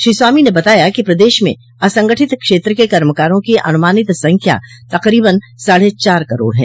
श्री स्वामी ने बताया कि प्रदेश में असंगठित क्षेत्र के कर्मकारों की अनुमानित संख्या तकरीबन साढ़े चार करोड़ है